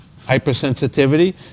hypersensitivity